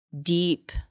deep